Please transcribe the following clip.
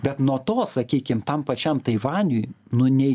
bet nuo to sakykim tam pačiam taivaniui nu nei